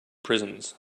prisons